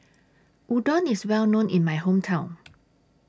Udon IS Well known in My Hometown